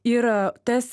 ir tas